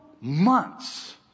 months